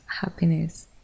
happiness